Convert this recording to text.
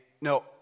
no